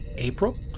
April